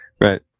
Right